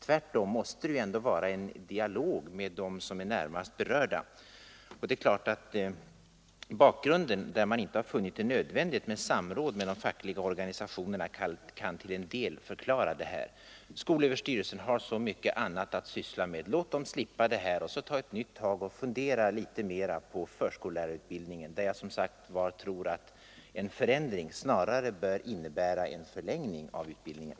Tvärtom måste det ändå vara en dialog med dem som är närmast berörda. Bakgrunden till att man inte funnit det nödvändigt med samråd med de fackliga organisationerna kan till en del förklara detta. Skolöverstyrelsen har så mycket annat att syssla med. Låt dem slippa detta utredningsuppdrag och fundera på nytt över förskoleutbildningen. Som jag sagt tror jag att en förändring snarare bör innebära en förlängning av utbildningen.